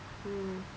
mm